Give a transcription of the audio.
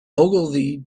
ogilvy